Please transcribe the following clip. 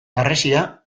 harresia